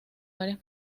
varias